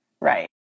Right